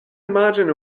imagine